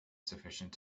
sufficient